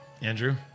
Andrew